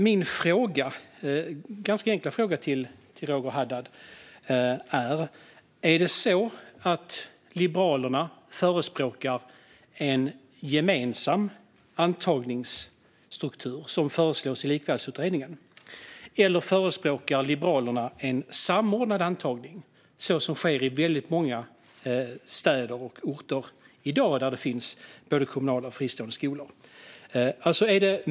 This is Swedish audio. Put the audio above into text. Min ganska enkla fråga till Roger Haddad är: Är det så att Liberalerna förespråkar en gemensam antagningsstruktur som föreslås i Likvärdighetsutredningen? Eller förespråkar Liberalerna en samordnad antagning så som sker i väldigt många städer och orter i dag där det finns både kommunala och fristående skolor?